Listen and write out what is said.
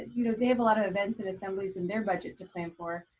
ah you know they have a lot of events and assemblies in their budget to plan for.